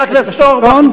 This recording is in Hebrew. חבר הכנסת אורבך,